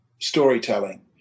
storytelling